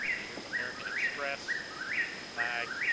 here's american express lag